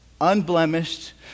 Unblemished